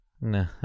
No